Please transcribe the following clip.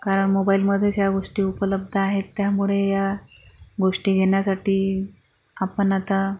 कारण मोबाईलमध्येच ह्या गोष्टी उपलब्ध आहेत त्यामुळे या गोष्टी घेण्यासाठी आपण आता